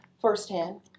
firsthand